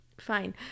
Fine